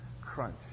crunch